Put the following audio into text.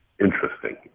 Interesting